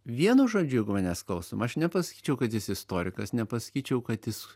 vienu žodžiu jeigu manęs klaustum aš nepasakyčiau kad jis istorikas nepasakyčiau kad jis